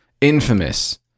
Infamous